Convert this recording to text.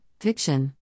Fiction